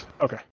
Okay